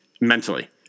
mentally